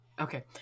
okay